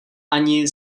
ani